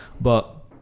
but-